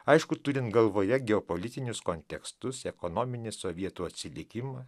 aišku turint galvoje geopolitinius kontekstus ekonominį sovietų atsilikimą